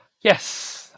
Yes